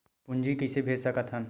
पूंजी कइसे भेज सकत हन?